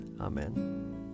Amen